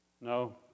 no